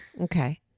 Okay